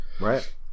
Right